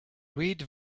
read